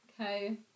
okay